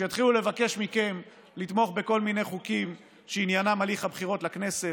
כשיתחילו לבקש מכם לתמוך בכל מיני חוקים שעניינם הליך הבחירות לכנסת.